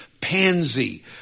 pansy